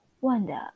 Wanda